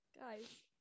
Guys